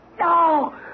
No